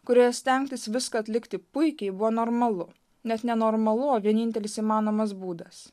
kurioje stengtis viską atlikti puikiai buvo normalu net nenormalu o vienintelis įmanomas būdas